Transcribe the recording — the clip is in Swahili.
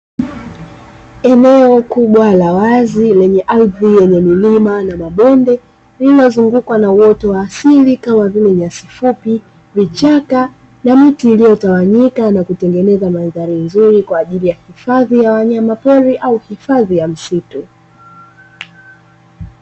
Eneo kubwa la wazi lenye ardhi yenye milima na mabonde lililozungukwa na uoto wa asili kama vile nyasi fupi, vichaka na miti iliyotawanyika na kutengeneza mandhari nzuri kwa ajili ya hifadhi ya wanyama pori au hifadhi ya msitu.